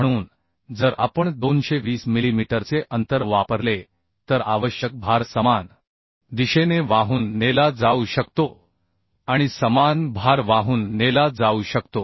म्हणून जर आपण 220 मिलीमीटरचे अंतर वापरले तर आवश्यक भार समान दिशेने वाहून नेला जाऊ शकतो आणि समान भार वाहून नेला जाऊ शकतो